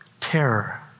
terror